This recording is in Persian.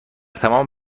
تمام